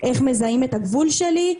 איך מזהים את הגבול שלי,